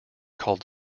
called